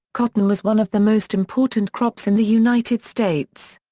cotton was one of the most important crops in the united states.